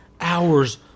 hours